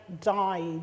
died